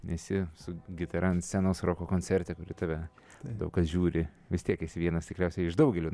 esi su gitara ant scenos roko koncerte kuri į tave daug kas žiūri vis tiek esi vienas tikriausiai iš daugelio